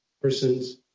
persons